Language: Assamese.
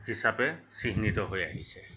হিচাপে চিহ্নিত হৈ আহিছে